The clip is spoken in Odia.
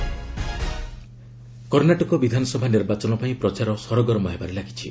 କଣ୍ଣୋଟକ ଇଲେକ୍ସନ୍ କର୍ଣ୍ଣାଟକ ବିଧାନସଭା ନିର୍ବାଚନପାଇଁ ପ୍ରଚାର ସରଗରମ ହେବାରେ ଲାଗିଛି